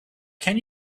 can